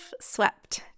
swept